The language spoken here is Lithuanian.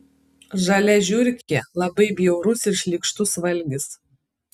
žalia žiurkė labai bjaurus ir šlykštus valgis